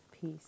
peace